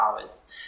hours